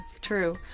true